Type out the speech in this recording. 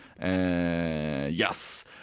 Yes